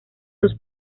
sus